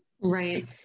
Right